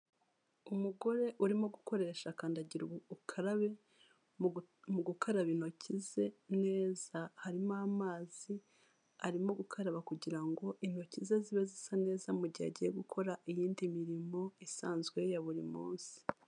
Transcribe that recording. Umugore urimo gukoresha kandagira ukarabe mu gukaraba intoki ze neza, harimo amazi arimo gukaraba kugira ngo intoki ze zibe zisa neza mu gihe agiye gukora iyindi mirimo isanzwe ya buri munsi.